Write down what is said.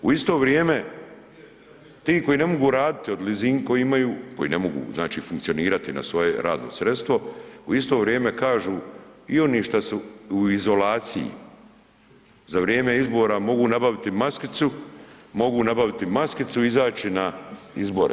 U isto vrijeme ti koji ne mogu raditi lizing koji imaju, znači koji ne mogu funkcionirati na svoje radno sredstvo u isto vrijeme kažu i oni šta su u izolaciji za vrijeme izbora mogu nabaviti maskicu, mogu nabaviti maskicu i izaći na izbore.